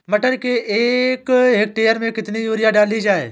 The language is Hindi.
मटर के एक हेक्टेयर में कितनी यूरिया डाली जाए?